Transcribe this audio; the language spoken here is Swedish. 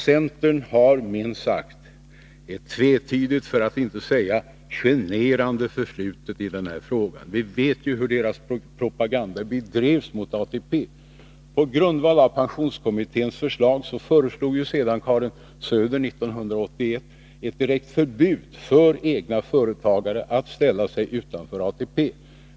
Centern har ett tvetydigt, för att inte säga generande, förflutet i denna fråga. Vi vet hur deras propaganda bedrevs mot ATP. På grundval av pensionskommitténs förslag föreslog sedan Karin Söder 1981 ett direkt förbud för egna företagare att ställa sig utanför ATP.